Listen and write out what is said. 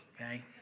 okay